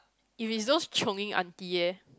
if is those chionging aunty eh